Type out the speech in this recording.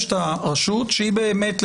יש את הרשות, שהיא באמת לצערי,